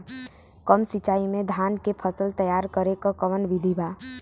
कम सिचाई में धान के फसल तैयार करे क कवन बिधि बा?